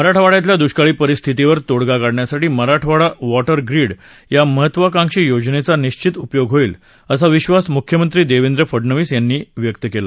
मराठवाड़यातल्या दुष्काळी परिस्थितीवर तोडगा काढण्यासाठी मराठवाडा वॉटर ग्रीड या महत्वाकांक्षी योजनेचा निश्चित उपयोग होईल असा विश्वास मुख्यमंत्री देवेंद्र फडणवीस यांनी व्यक्त केला